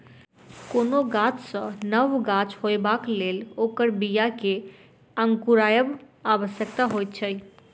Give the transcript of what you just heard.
कोनो गाछ सॅ नव गाछ होयबाक लेल ओकर बीया के अंकुरायब आवश्यक होइत छै